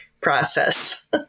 process